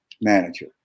manager